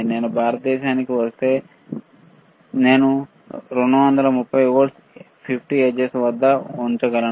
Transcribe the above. నేను భారతదేశానికి వస్తే 8 నేను 230 వోల్ట్ల 50 హెర్ట్జ్ వద్ద ఉపయోగించగలను